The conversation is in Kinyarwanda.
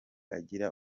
agira